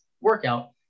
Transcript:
workout